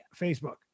Facebook